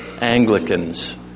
Anglicans